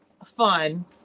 fun